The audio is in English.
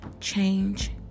Change